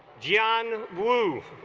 john woo